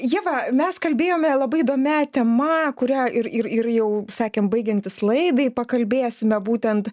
ieva mes kalbėjome labai įdomia tema kurią ir ir jau sakėm baigiantis laidai pakalbėsime būtent